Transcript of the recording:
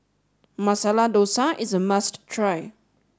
Masala Dosa is a must try